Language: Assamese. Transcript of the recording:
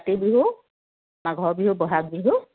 কাতি বিহু মাঘৰ বিহু ব'হাগ বিহু